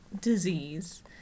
disease